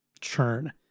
churn